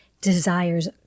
desires